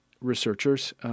researchers –